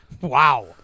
Wow